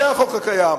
זה החוק הקיים.